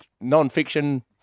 non-fiction